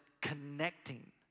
connecting